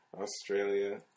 Australia